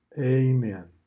Amen